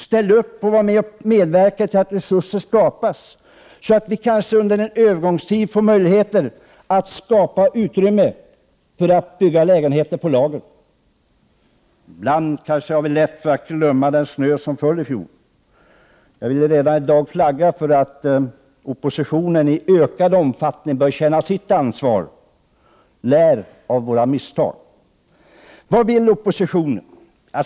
Ställ upp och medverka till att resurser skapas, så att vi kanske under en övergångstid får möjlighet att skapa utrymme för att bygga lägenheter att ha på lager. Ibland har vi lätt för att glömma den snö som föll i fjol. Jag vill redan i dag flagga för att oppositionen i ökad omfattning bör känna sitt ansvar. Vi kan alla lära av våra misstag. Vad vill oppositionen?